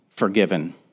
forgiven